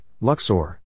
Luxor